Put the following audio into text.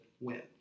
win